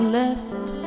left